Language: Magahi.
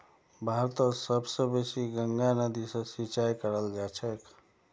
भारतत सब स बेसी गंगा नदी स सिंचाई कराल जाछेक